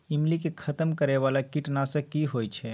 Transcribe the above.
ईमली के खतम करैय बाला कीट नासक की होय छै?